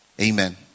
amen